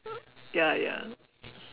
ya ya